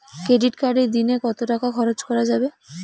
Credit কার্ডে দিনে কত টাকা খরচ করা যাবে?